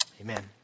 amen